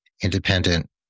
independent